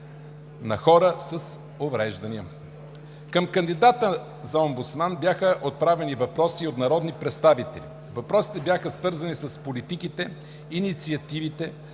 на хората с увреждания. Към кандидата за омбудсман бяха отправени въпроси и от народни представители. Въпросите бяха свързани с политиките, инициативите,